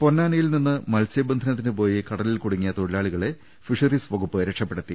പൊന്നാനിയിൽനിന്നും മത്സൃബന്ധനത്തിനുപോയി കടലിൽ കുടുങ്ങിയ തൊഴിലാളികളെ ഫിഷറീസ് വകുപ്പ് രക്ഷപ്പെടുത്തി